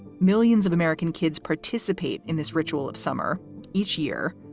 millions of american kids participate in this ritual of summer each year.